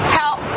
help